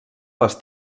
les